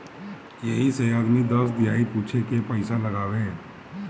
यही से आदमी दस दहाई पूछे के पइसा लगावे